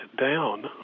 down